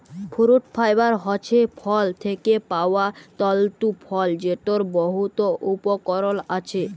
fruit fibre হছে ফল থ্যাকে পাউয়া তল্তু ফল যেটর বহুত উপকরল আছে